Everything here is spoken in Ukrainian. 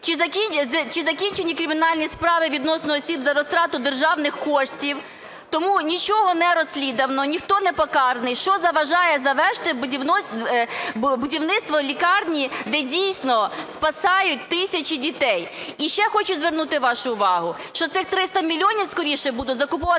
Чи закінчені кримінальні справи відносно осіб за розтрату державних коштів? Тому нічого не розслідувано, ніхто не покараний. Що заважає завершити будівництво лікарні, де дійсно спасають тисячі дітей? І ще хочу звернути вашу увагу. Що цих 300 мільйонів, скоріше будуть закуповувати